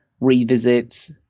revisit